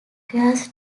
requires